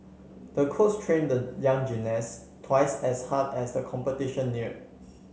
the coaches trained the young gymnast twice as hard as the competition neared